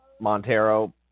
Montero